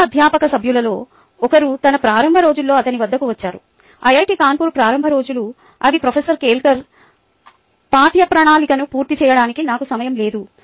యువ అధ్యాపక సభ్యులలో ఒకరు తన ప్రారంభ రోజుల్లో అతని వద్దకు వచ్చారు ఐఐటి కాన్పూర్ ప్రారంభ రోజులు అవి ప్రొఫెసర్ కెల్కర్ పాట్యప్రణాళికను పూర్తి చేయడానికి నాకు సమయం లేదు